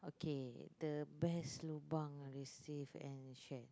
the best lobang I recieved and shared